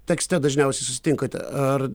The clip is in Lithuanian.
tekste dažniausiai susitinkate ar